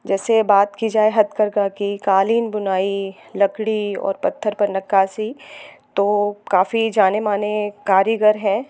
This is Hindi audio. जैसे बात की जाए हथकरघा कि कालीन बुनाई लकड़ी और पत्थर पर नक्काशी तो काफ़ी जाने माने कारीगर हैं